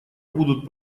будут